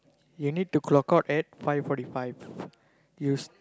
you need to clock out at five forty five you~